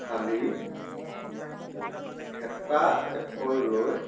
ঢালি হেতা এখন লৈ